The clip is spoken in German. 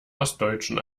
ostdeutschen